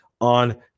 on